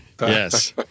Yes